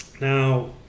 Now